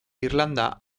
irlanda